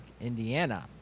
Indiana